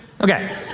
Okay